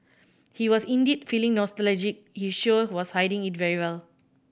he was indeed feeling nostalgic he sure was hiding it very well